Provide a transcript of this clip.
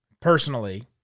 personally